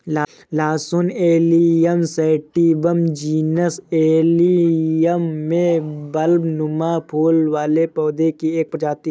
लहसुन Allium sativum genus Allium में बल्बनुमा फूल वाले पौधे की एक प्रजाति है